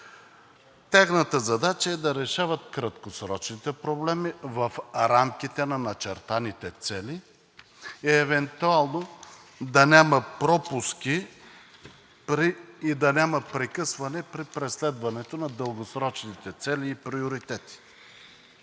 Тяхната задача е да решават краткосрочните проблеми в рамките на начертаните цели и евентуално да няма пропуски и да няма прекъсване при преследването на дългосрочните цели и приоритети.